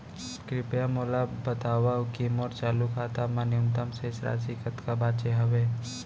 कृपया मोला बतावव की मोर चालू खाता मा न्यूनतम शेष राशि कतका बाचे हवे